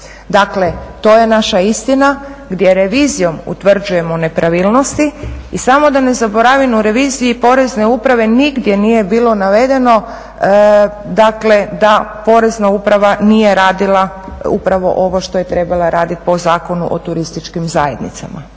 Dakle, to je naša istina gdje revizijom utvrđujemo nepravilnosti i samo da ne zaboravim u reviziji porezne uprave nigdje nije bilo navedeno, dakle da porezna uprava nije radila upravo ovo što je trebala raditi po Zakonu o turističkim zajednicama